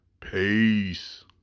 Peace